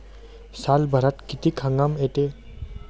सालभरात किती हंगाम येते?